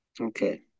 Okay